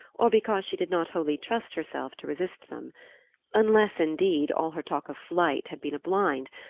or because she did not wholly trust herself to resist them unless, indeed, all her talk of flight had been a blind,